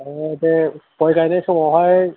अ दे गय गायनाय समावहाय